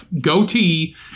goatee